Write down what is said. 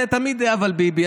ותמיד: אבל ביבי.